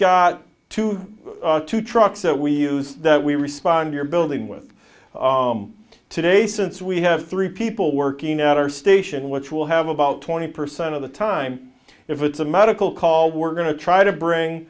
got two two trucks that we use that we respond your building with today since we have three people working at our station which will have about twenty percent of the time if it's a medical call we're going to try to bring